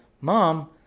mom